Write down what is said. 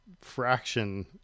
fraction